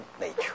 nature